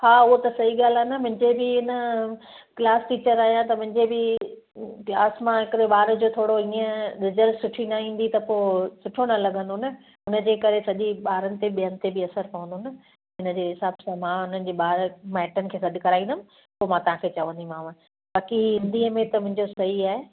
हा उहो त सही ॻाल्हि आहे न मुंहिंजे बि आ न क्लास टीचर आहियां त मुंहिजे बि क्लास मां हिकिड़े ॿार जो थोरो ईइं रिजल्ट सुठी न ईंदी त पोइ सुठो न लॻंदो न उनजे करे सॼी ॿारनि ते ॿियनि ते बि असरु पवंदो न इनजे हिसाब सां मा उन्हनि जे ॿार माइटनि खे सॾु कराईंदमि पोइ मां तव्हांखे चवंदीमाव बाक़ी हिंदीअ में त मुंहिंजो सही आहे